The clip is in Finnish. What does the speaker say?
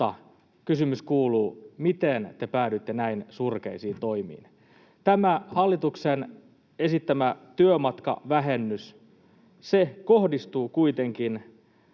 kysymys kuuluu: miten te päädyitte näin surkeisiin toimiin? Tämä hallituksen esittämä työmatkavähennys kohdistuu kuitenkin